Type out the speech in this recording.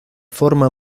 forma